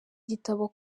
gitabo